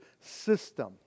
system